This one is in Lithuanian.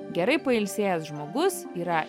gerai pailsėjęs žmogus yra